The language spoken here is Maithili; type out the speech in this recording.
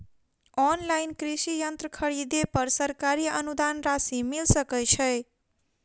ऑनलाइन कृषि यंत्र खरीदे पर सरकारी अनुदान राशि मिल सकै छैय?